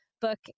book